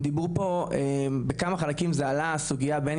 דיברו פה בכמה חלקים עלתה הסוגייה בין